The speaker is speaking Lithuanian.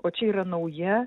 o čia yra nauja